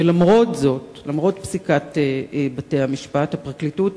ולמרות זאת, למרות פסיקת בתי-המשפט, הפרקליטות